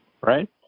Right